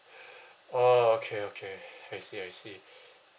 orh okay okay I see I see